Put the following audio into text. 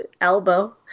Elbow